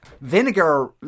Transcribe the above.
vinegar